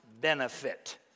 benefit